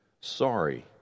sorry